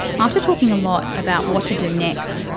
after talking a lot about what to do next,